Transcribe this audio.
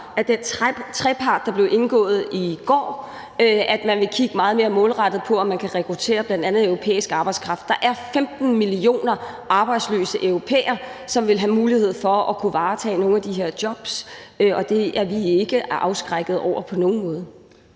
med den trepartsaftale, der blev indgået i går, vil kigge meget mere målrettet på, om man kan rekruttere bl.a. europæisk arbejdskraft. Der er 15 millioner arbejdsløse europæere, som vil have mulighed for at varetage nogle af de her job, og det er vi ikke på nogen måde